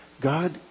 God